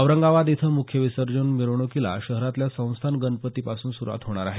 औरंगाबाद इथं मुख्य विसर्जन मिरवणुकीला शहरातल्या संस्थान गणपतीपासून सुरूवात होणार आहे